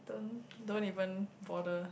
don't don't even bother